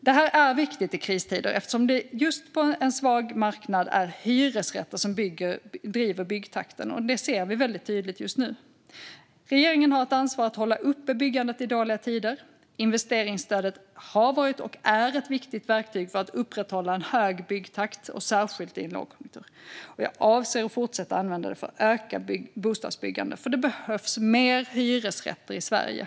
Det här är viktigt i kristider, eftersom det på en svag marknad är hyresrätter som driver byggtakten. Det ser vi väldigt tydligt just nu. Regeringen har ansvar för att hålla uppe byggandet i dåliga tider. Investeringsstödet har varit och är ett viktigt verktyg för att upprätthålla en hög byggtakt, särskilt i lågkonjunktur. Jag avser att fortsätta använda det för ett ökat bostadsbyggande, för det behövs mer hyresrätter i Sverige.